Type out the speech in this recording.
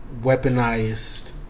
weaponized